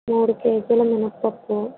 మూడు కేజీల మినప్పప్పు